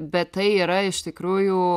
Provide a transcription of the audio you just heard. bet tai yra iš tikrųjų